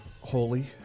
holy